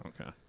Okay